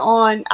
on